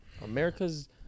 America's